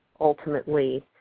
ultimately